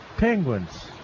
penguins